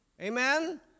Amen